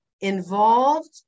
involved